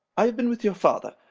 i have been with your father,